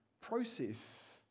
process